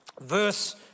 Verse